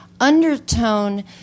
undertone